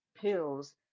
pills